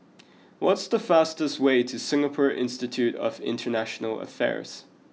what's the fastest way to Singapore Institute of International Affairs